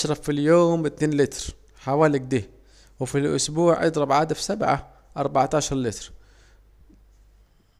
بشرب في اليوم حوالي اتنين لتر، حوالي اكده، وفي الأسبوع اضرب عاد في سبعة، اربعتاشر لتر